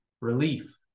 relief